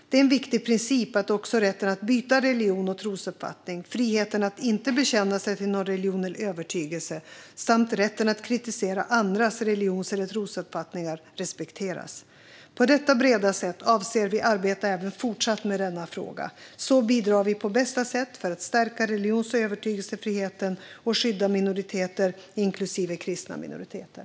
Det är en viktig princip att också rätten att byta religion och trosuppfattning, friheten att inte bekänna sig till någon religion eller övertygelse samt rätten att kritisera andras religions eller trosuppfattningar respekteras. På detta breda sätt avser vi att arbeta även i fortsättningen med denna fråga. Så bidrar vi på bästa sätt för att stärka religions och övertygelsefriheten och skydda minoriteter, inklusive kristna minoriteter.